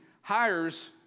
hires